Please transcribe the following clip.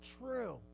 true